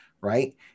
right